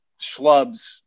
schlubs